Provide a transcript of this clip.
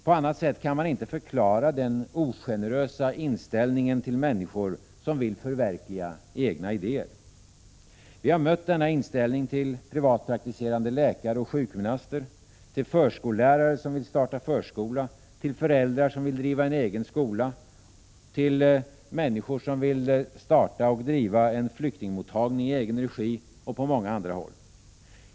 På annat sätt kan man inte förklara den ogenerösa inställningen till människor, som vill förverkliga egna idéer. Vi har mött denna inställning till privatpraktiserande läkare och sjukgymnaster, till förskollärare som vill starta förskola, till föräldrar som vill driva en egen skola, till dem som vill driva flyktingmottagning i egen regi och på många andra håll.